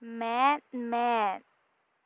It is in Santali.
ᱢᱮᱫ ᱢᱮᱫ